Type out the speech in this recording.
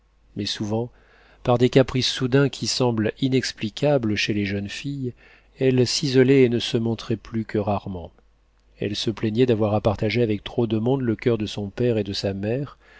mais souvent par des caprices soudains qui semblent inexplicables chez les jeunes filles elle s'isolait et ne se montrait plus que rarement elle se plaignait d'avoir à partager avec trop de monde le coeur de son père et de sa mère